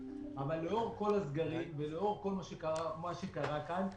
אבל לאור כל הסגרים ולאור כל מה שקרה כאן,